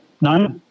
no